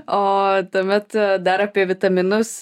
o tuomet dar apie vitaminus